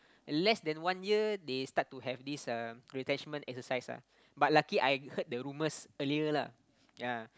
less than one year they start to have this um retrenchment exercise ah but lucky I heard the rumors earlier lah yeah